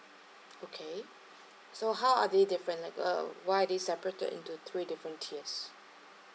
okay so how are they different like uh why are they separated into three different tiers